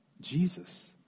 Jesus